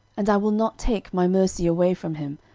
and i will not take my mercy away from him,